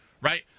Right